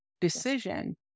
decision